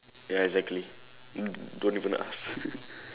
ya exactly don't even ask